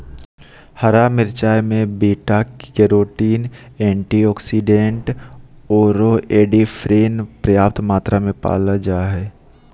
हरा मिरचाय में बीटा कैरोटीन, एंटीऑक्सीडेंट आरो एंडोर्फिन पर्याप्त मात्रा में पाल जा हइ